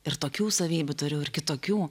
ir tokių savybių turiu ir kitokių